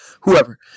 whoever